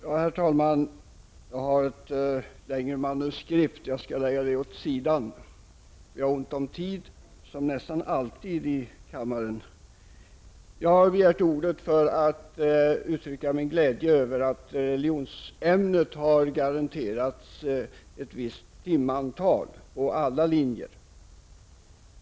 Herr talman! Som nästan alltid är det ont om tid här i kammaren, så jag lägger mitt manuskript åt sidan. Jag har begärt ordet för att uttrycka min glädje över att religionsämnet har garanterats ett visst timantal på alla linjer.